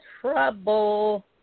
trouble